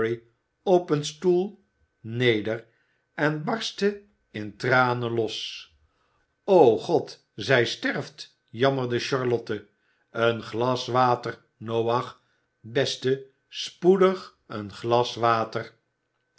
op een stoel neder en barstte in tranen los o god zij sterft jammerde charlotte een glas water noach beste spoedig een glas water